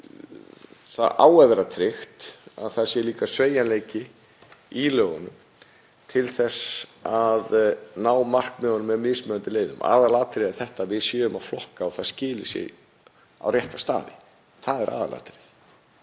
það á að vera tryggt að það sé líka sveigjanleiki í lögunum til þess að ná markmiðunum með mismunandi leiðum. Aðalatriðið er að við séum að flokka og það skili sér á rétta staði. Það er aðalatriðið.